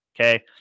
Okay